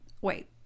Wait